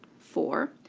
four